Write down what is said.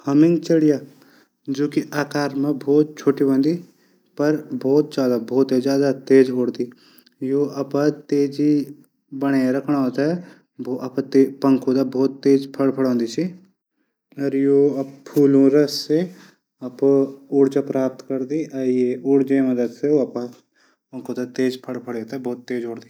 हुमिंगचिडिया आकार मा बहुत छुट्टी हूदी बहुत ही ज्यादा तेज उडदी यू अपड तेजी बणया रखणू थै। ऊ अपड पंखो थे बहुत तेज फड़फड़ादो छन। ई फूलों रस से अपडी ऊर्जा प्राप्त करदो छन। और ये. ऊर्जा वजह से तेज फड़फड़ादन छन।